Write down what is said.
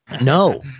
no